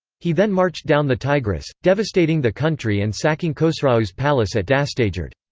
he then marched down the tigris, devastating the country and sacking khosrau's palace at dastagerd.